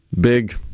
Big